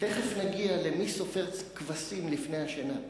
תיכף נגיע למי סופר כבשים לפני השינה.